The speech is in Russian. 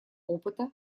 опыта